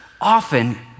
Often